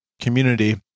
community